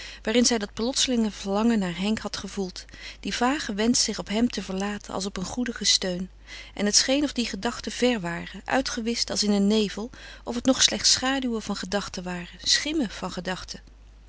waarin zij dat plotselinge verlangen naar henk had gevoeld dien vagen wensch zich op hem te verlaten als op een goedigen steun en het scheen of die gedachten ver waren uitgewischt als in een nevel of het nog slechts schaduwen van gedachten waren schimmen van gedachten